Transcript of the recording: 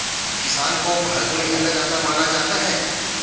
किसान को भारत में अन्नदाता माना जाता है